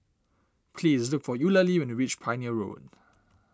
please look for Eulalie when you reach Pioneer Road